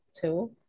two